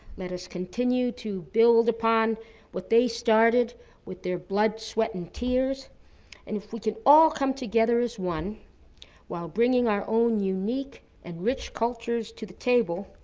let us continue to build upon what they started with their blood, sweat, and tears, and if we could all come together as one while bringing our own unique and rich cultures to the table,